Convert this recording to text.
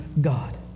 God